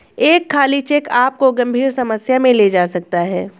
एक खाली चेक आपको गंभीर समस्या में ले जा सकता है